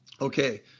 Okay